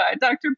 Dr